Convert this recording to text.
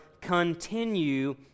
continue